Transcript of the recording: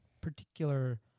particular